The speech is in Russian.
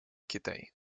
китай